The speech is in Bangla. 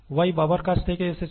Y বাবার কাছ থেকে আসছে